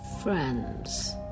Friends